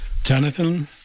Jonathan